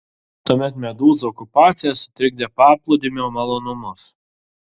tuomet medūzų okupacija sutrikdė paplūdimio malonumus